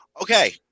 Okay